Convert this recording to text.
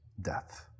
death